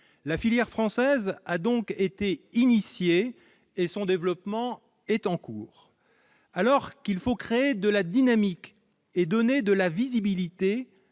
la filière française a donc été initiés et son développement est en cours, alors qu'il faut créer de la dynamique et donner de la visibilité,